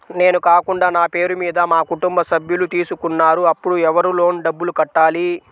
నేను కాకుండా నా పేరు మీద మా కుటుంబ సభ్యులు తీసుకున్నారు అప్పుడు ఎవరు లోన్ డబ్బులు కట్టాలి?